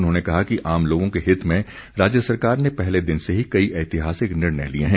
उन्होंने कहा कि आम लोगों के हित में राज्य सरकार ने पहले दिन से ही कई ऐतिहासिक निर्णय लिए हैं